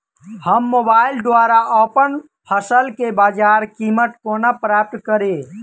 हम मोबाइल द्वारा अप्पन फसल केँ बजार कीमत कोना प्राप्त कड़ी?